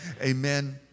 Amen